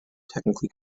technically